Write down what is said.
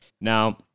Now